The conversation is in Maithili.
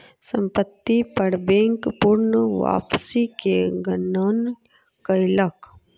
संपत्ति पर बैंक पूर्ण वापसी के गणना कयलक